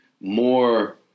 more –